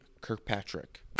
Kirkpatrick